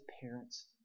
parents